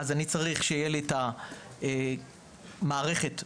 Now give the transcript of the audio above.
אני צריך שתהיה לי את מערכת המצלמה.